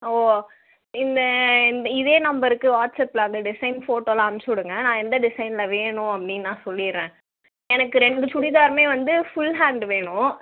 ஓ இல்லை இந் இதே நம்பருக்கு வாட்ஸ்அப்பில் அந்த டிசைன் ஃபோட்டோலாம் அனுப்பிசிவிடுங்க நான் எந்த டிசைன்னில் வேணும் அப்படினு நான் சொல்லிடுறேன் எனக்கு ரெண்டு சுடிதாருமே வந்து ஃபுல் ஹேண்டு வேணும்